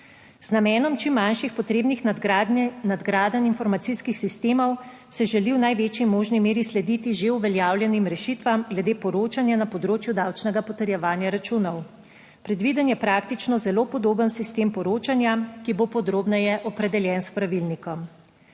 Z namenom čim manjših potrebnih nadgradenj informacijskih sistemov, se želi v največji možni meri slediti že uveljavljenim rešitvam glede poročanja na področju davčnega potrjevanja računov. Predviden je praktično zelo podoben sistem poročanja, ki bo podrobneje opredeljen s pravilnikom.